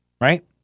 right